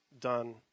done